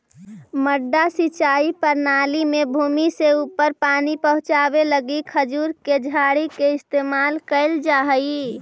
मड्डा सिंचाई प्रणाली में भूमि से ऊपर पानी पहुँचावे लगी खजूर के झाड़ी के इस्तेमाल कैल जा हइ